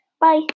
Bye